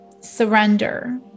surrender